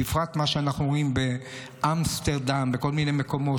בפרט עם מה שאנחנו רואים באמסטרדם ובכל מיני מקומות.